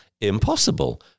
Impossible